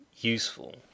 useful